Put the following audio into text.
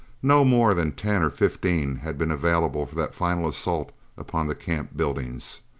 no more than ten or fifteen had been available for that final assault upon the camp buildings.